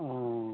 অঁ